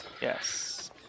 Yes